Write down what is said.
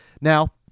Now